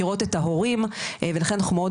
הן מכירות את ההורים ולכן אנחנו מאוד